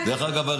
דרך אגב,